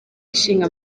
ishinga